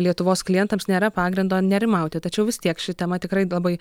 lietuvos klientams nėra pagrindo nerimauti tačiau vis tiek ši tema tikrai labai